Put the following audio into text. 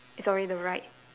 sorry the right